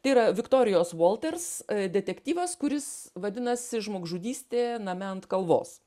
tai yra viktorijos volters detektyvas kuris vadinasi žmogžudystė name ant kalvos